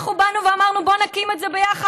אנחנו באנו ואמרנו: בוא נקים את זה ביחד.